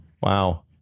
Wow